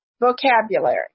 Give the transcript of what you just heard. vocabulary